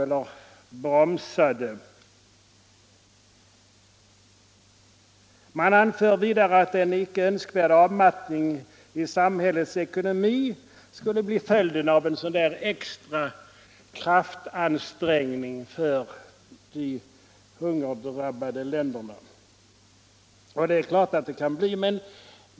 Vidare anför finansutskottet att ”en icke önskvärd avmattning i samhällets ekonomi” skulle kunna bli följden av en sådan här extra kraftansträngning för de hungerdrabbade länderna. Det är klart att så kan bli fallet.